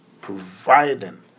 providing